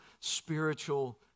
spiritual